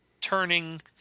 turning